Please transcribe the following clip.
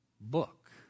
book